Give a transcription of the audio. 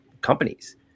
companies